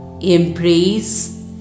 embrace